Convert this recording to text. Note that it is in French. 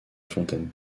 fontaine